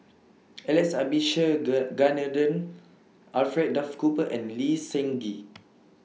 Alex Alfred Duff Cooper and Lee Seng Gee